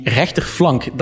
rechterflank